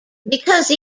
because